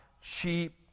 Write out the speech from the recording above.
sheep